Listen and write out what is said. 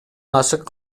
ашык